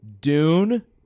Dune